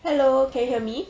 hello can you hear me